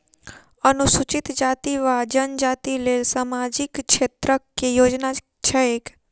अनुसूचित जाति वा जनजाति लेल सामाजिक क्षेत्रक केँ योजना छैक?